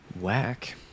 Whack